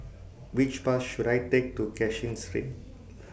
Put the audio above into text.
Which Bus should I Take to Cashin Street